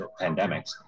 pandemics